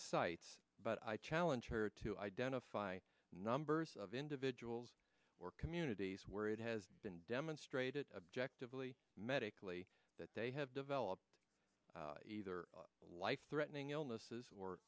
sites but i challenge her to identify numbers of individuals or communities where it has been demonstrated objectively medically that they have developed either life threatening illnesses or